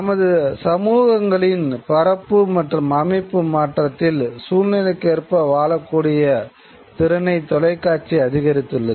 நமது சமூகங்களின் பரப்பு மற்றும் அமைப்பு மாற்றத்தில் சூழ்நிலைக்கேற்ப வாழக்கூடிய திறனை தொலைக்காட்சி அதிகரித்துள்ளது